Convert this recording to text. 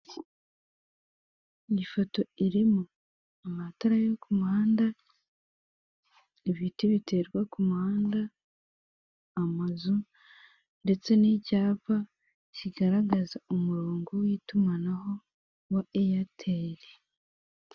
Iyi foto irimo amatara yo ku muhanda ibiti biterwa ku muhanda amazu ndetse n'icyapa kigaragaza umurongo w'itumanaho wa eyateri.